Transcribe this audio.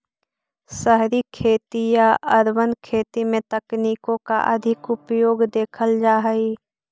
शहरी खेती या अर्बन खेती में तकनीकों का अधिक उपयोग देखल जा हई